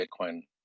Bitcoin